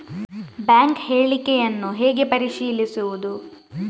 Bank ಹೇಳಿಕೆಯನ್ನು ಹೇಗೆ ಪರಿಶೀಲಿಸುವುದು?